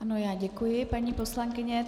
Ano, děkuji, paní poslankyně.